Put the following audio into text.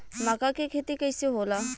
मका के खेती कइसे होला?